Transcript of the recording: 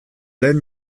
lehen